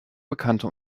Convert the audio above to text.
bekannte